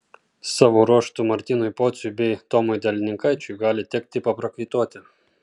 savo ruožtu martynui pociui bei tomui delininkaičiui gali tekti paprakaituoti